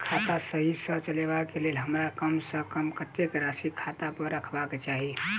खाता सही सँ चलेबाक लेल हमरा कम सँ कम कतेक राशि खाता पर रखबाक चाहि?